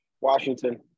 Washington